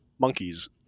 monkeys